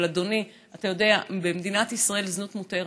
אבל אדוני, אתה יודע, במדינת ישראל זנות מותרת.